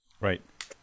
Right